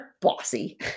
bossy